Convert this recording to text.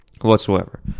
whatsoever